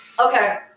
Okay